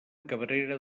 cabrera